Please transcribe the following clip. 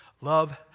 Love